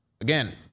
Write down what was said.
Again